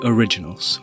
Originals